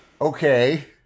Okay